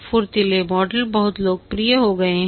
फुर्तीले मॉडल बहुत लोकप्रिय हो गए हैं